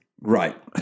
Right